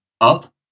up